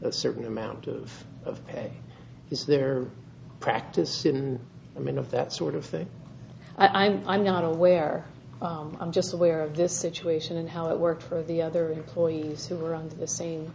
a certain amount of of that is their practice i mean of that sort of thing i'm i'm not aware i'm just aware of this situation and how it worked for the other employees who were on the same